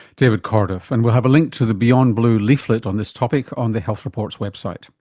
david corduff, and we'll have a link to the beyondblue leaflet on this topic on the health report's website